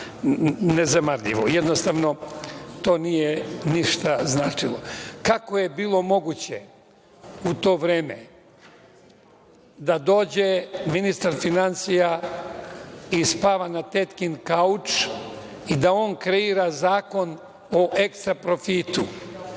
zanemarljivo. Jednostavno, to nije ništa značilo. Kako je bilo moguće u to vreme da dođe ministar finansija i spava na tetkinom kauču i da on kreira Zakon o ekstra profitu?